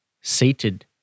Seated